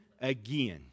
again